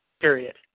period